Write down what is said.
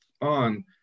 on